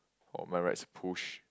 on my right is a push